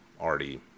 already